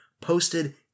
posted